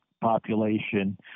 population